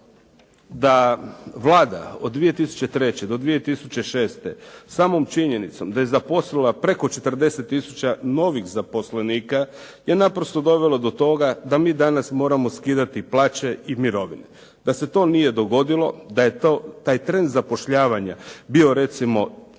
da Vlada od 2003. do 2006. samom činjenicom da je zaposlila preko 40 tisuća novih zaposlenika je naprosto dovelo do toga da mi danas moramo skidati plaće i mirovine. Da se to nije dogodilo, da je taj trend zapošljavanja bio recimo